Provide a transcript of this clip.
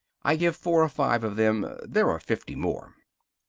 i give four or five of them there are fifty more.